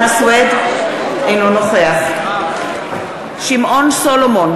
אינו נוכח שמעון סולומון,